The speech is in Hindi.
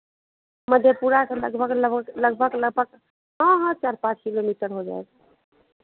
मधेपुरा से लगभग लगभग लगभग लगभग हाँ हाँ चार पाँच किलोमीटर हो जाएगा